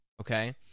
okay